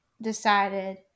decided